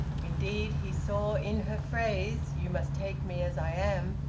indeed he saw in her phrase, you must take me as i am,